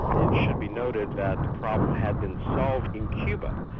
it should be noted that the problem had been solved in cuba.